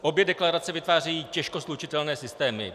Obě deklarace vytvářejí těžko slučitelné systémy.